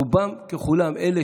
רובם ככולם, אלה